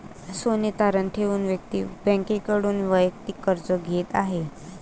सोने तारण ठेवून व्यक्ती बँकेकडून वैयक्तिक कर्ज घेत आहे